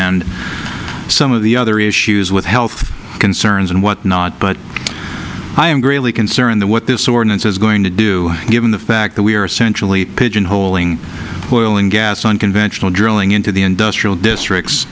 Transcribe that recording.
and some of the other issues with health concerns and whatnot but i am greatly concerned the what this ordinance is going to do given the fact that we are essentially pigeonholing oil and gas on conventional drilling into the industrial districts